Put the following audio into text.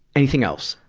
anything else?